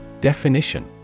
Definition